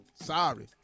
sorry